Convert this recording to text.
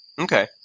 Okay